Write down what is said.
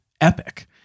epic